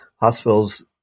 hospitals